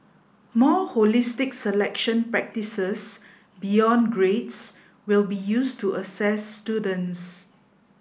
more holistic selection practices beyond grades will be used to assess students